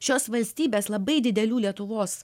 šios valstybės labai didelių lietuvos